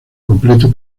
completo